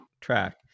track